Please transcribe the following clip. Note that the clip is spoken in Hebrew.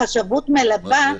בחשבות מלווה,